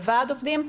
לוועד עובדים,